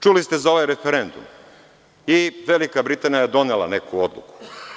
Čuli ste za ovaj referendum i Velika Britanija je donela neku odluku.